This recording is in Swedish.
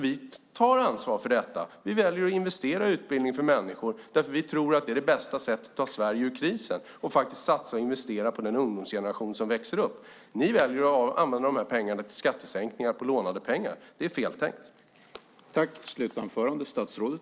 Vi tar ansvar och väljer att investera i utbildning för människor. Vi tror nämligen att det bästa sättet att ta Sverige ur krisen är att satsa på den ungdomsgeneration som växer upp. Ni väljer skattesänkningar med lånade pengar. Det är fel tänkt.